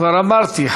כבר אמרתי,